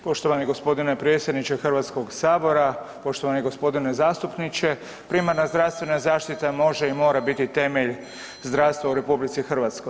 Poštovani gospodine predsjedniče Hrvatskog sabora, poštovani gospodine zastupniče, primarna zdravstvena zaštita može i mora biti temelj zdravstva u RH.